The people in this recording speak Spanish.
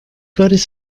flores